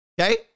okay